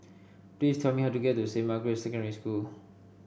please tell me how to get to Saint Margaret's Secondary School